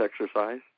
exercise